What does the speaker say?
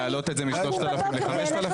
להעלות את זה מ-3,000 ל-5,000?